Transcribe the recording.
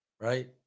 Right